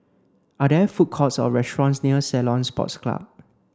are there food courts or restaurants near Ceylon Sports Club